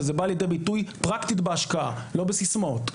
וזה בא לידי ביטוי פרקטית בהשקעה, לא בסיסמאות.